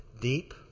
deep